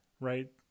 right